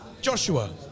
Joshua